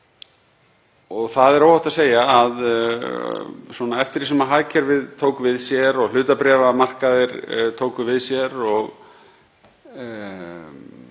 Það er óhætt að segja að eftir því sem hagkerfið tók við sér og hlutabréfamarkaðir tóku við sér og